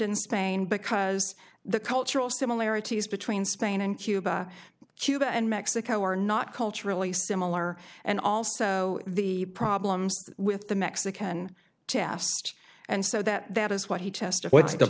in spain because the cultural similarities between spain and cuba cuba and mexico are not culturally similar and also the problems with the mexican test and so that that is what he tested what's the